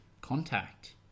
contact